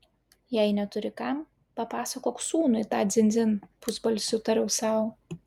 jei neturi kam papasakok sūnui tą dzin dzin pusbalsiu tariau sau